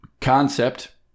concept